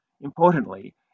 Importantly